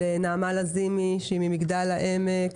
לנעמה לזימי שהיא ממגדל העמק,